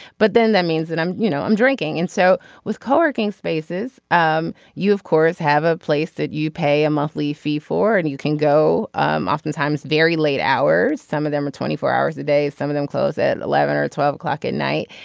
but then that means that i'm you know i'm drinking and so with coworking spaces um you of course have a place that you pay a monthly fee for and you can go um oftentimes very late hours. some of them are twenty four hours a day some of them close at eleven or twelve o'clock at night.